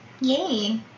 Yay